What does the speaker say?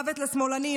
"מוות לשמאלנים",